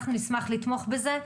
אנחנו נשמח לתמוך בזה.